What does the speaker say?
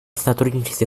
сотрудничестве